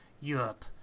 Europe